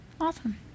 awesome